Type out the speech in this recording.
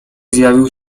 zjawił